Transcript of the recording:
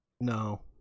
No